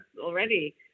already